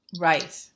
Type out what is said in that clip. Right